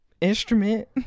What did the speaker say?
instrument